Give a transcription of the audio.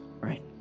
right